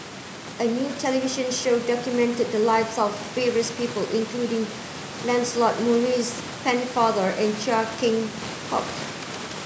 a new television show documented the lives of various people including Lancelot Maurice Pennefather and Chia Keng Hock